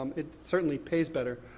um it certainly pays better